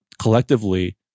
collectively